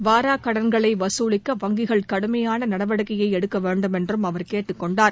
வாராக்கடன்களை வசூலிக்க வங்கிகள் கடுமையான நடவடிக்கையை எடுக்க வேண்டும் என்றும் அவர் கேட்டுக்கொண்டார்